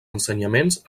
ensenyaments